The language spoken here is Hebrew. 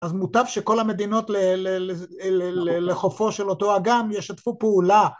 ‫אז מוטב שכל המדינות ‫לחופו של אותו אגם ישתפו פעולה.